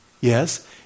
Yes